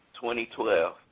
2012